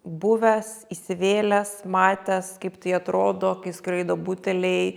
buvęs įsivėlęs matęs kaip tai atrodo kai skraido buteliai